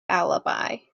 alibi